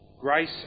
Grace